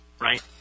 right